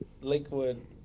Lakewood